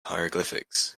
hieroglyphics